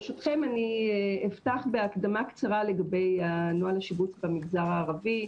ברשותכם אני אפתח בהקדמה קצרה לגבי נוהל השיבוץ במגזר הערבי.